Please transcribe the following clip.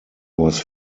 was